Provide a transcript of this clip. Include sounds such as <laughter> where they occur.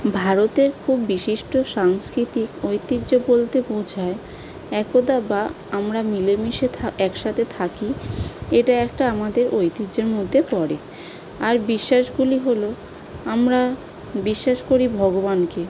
ভারতের খুব বিশিষ্ট সাংস্কৃতিক ঐতিহ্য বলতে বোঝায় একতা বা আমরা মিলেমিশে <unintelligible> একসাথে থাকি এটা একটা আমাদের ঐতিহ্যের মধ্যে পড়ে আর বিশ্বাসগুলি হল আমরা বিশ্বাস করি ভগবানকে